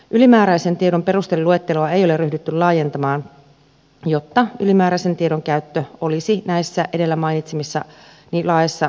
ylimääräisen tiedon perusteluetteloa ei ole ryhdytty laajentamaan jotta ylimääräisen tiedon käyttö olisi näissä edellä mainitsemissani laeissa yhdenmukainen